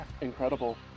Incredible